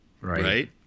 right